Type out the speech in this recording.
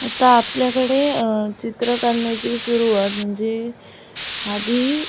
आता आपल्याकडे चित्र काढण्याची सुरुवात म्हणजे आधी